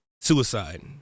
suicide